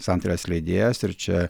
santarvės leidėjas ir čia